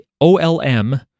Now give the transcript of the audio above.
OLM